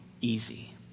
easy